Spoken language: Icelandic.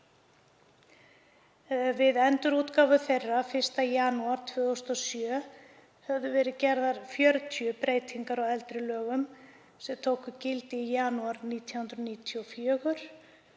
Við endurútgáfu þeirra 1. janúar 2007 höfðu verið gerðar 40 breytingar á eldri lögum sem tóku gildi í janúar 1994.